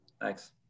Thanks